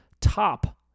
top